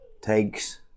takes